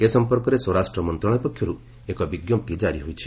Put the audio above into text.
ଏ ସମ୍ପର୍କରେ ସ୍ୱରାଷ୍ଟ୍ର ମନ୍ତ୍ରଣାଳୟ ପକ୍ଷରୁ ଏକ ବିଜ୍ଞପ୍ତି ଜାରି ହୋଇଛି